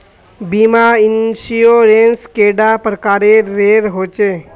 बीमा इंश्योरेंस कैडा प्रकारेर रेर होचे